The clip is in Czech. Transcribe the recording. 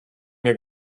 jak